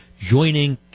joining